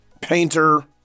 painter